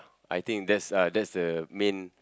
I think that's uh that's the main